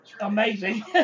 amazing